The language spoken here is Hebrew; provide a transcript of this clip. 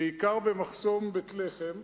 בעיקר במחסום בית-לחם,